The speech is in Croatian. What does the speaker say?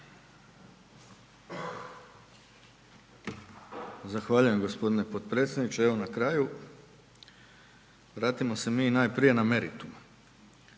Zahvaljujem g. potpredsjedniče. Evo na kraju, vratimo se mi najprije na meritum.